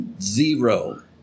zero